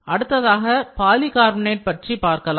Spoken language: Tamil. அடுத்ததாக பாலிகார்பனேட் பற்றி பார்க்கலாம்